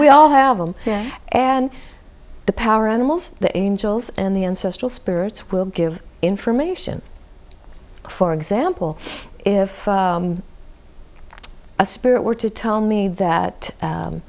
we all have them and the power animals the angels and the ancestral spirits will give information for example if a spirit were to tell me that